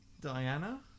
Diana